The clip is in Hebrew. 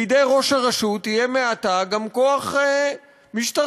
בידי ראש הרשות יהיה מעתה גם כוח משטרתי.